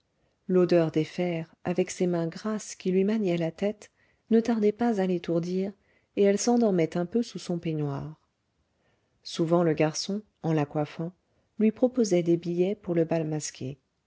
l'odeur des fers avec ces mains grasses qui lui maniaient la tête ne tardait pas à l'étourdir et elle s'endormait un peu sous son peignoir souvent le garçon en la coiffant lui proposait des billets pour le bal masqué